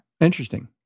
Interesting